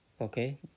Okay